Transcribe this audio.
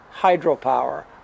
hydropower